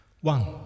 One